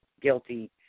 guilty